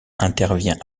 intervient